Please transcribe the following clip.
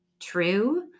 true